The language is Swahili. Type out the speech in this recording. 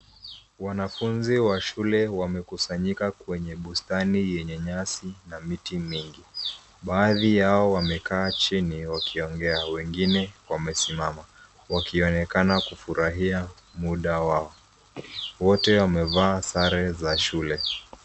Wanafunzi wa shule wamekusanyika kwenye bustani yenye nyasi na miti mingi. Baadhi yao wamekaa chini wakiongea, wengine wamesimama wakionekana kufurahia muda wao. Wote wamevaa sare za shule.